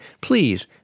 please